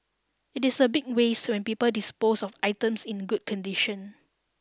it is a big waste when people dispose of items in good condition